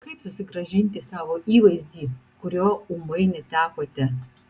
kaip susigrąžinti savo įvaizdį kurio ūmai netekote